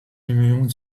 immune